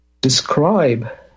describe